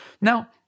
Now